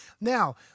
Now